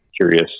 curious